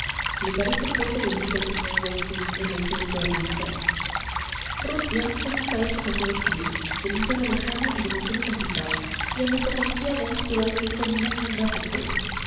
le parece poco delito al sr weissbein el hecho de ser ruso rusia es un país demasiado frío demasiado lejano y demasiado complicado y a nuestra policía le ha inspirado siempre muy hondas sospechas